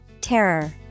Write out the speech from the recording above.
Terror